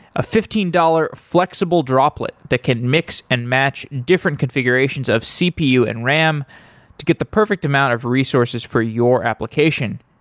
a fifteen dollar flexible droplet that can mix and match different configurations of cpu and ram to get the perfect amount of resources for your application.